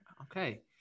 Okay